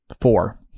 Four